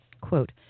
Quote